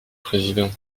président